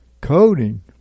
Coding